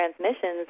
transmissions